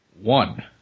One